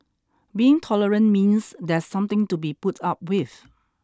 being tolerant means there's something to be put up with